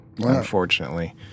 unfortunately